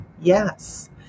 Yes